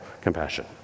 compassion